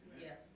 Yes